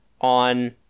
on